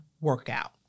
workout